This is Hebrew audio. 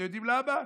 אתם יודעים למה?